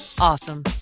awesome